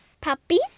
Puppies